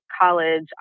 college